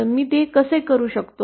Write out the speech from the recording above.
मी ते कसे करू शकतो